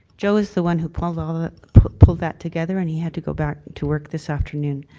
joe is the one who pulled um that pulled that together and he had to go back to work this afternoon.